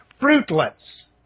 fruitless